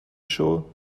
show